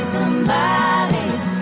somebody's